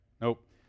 Nope